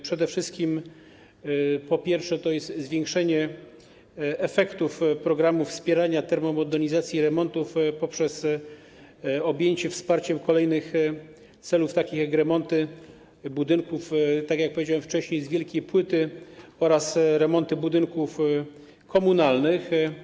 Po pierwsze, jest to zwiększenie efektów programu wspierania termomodernizacji i remontów poprzez objęcie wsparciem kolejnych celów, takich jak remonty budynków, tak jak powiedziałem wcześniej, z wielkiej płyty oraz remonty budynków komunalnych.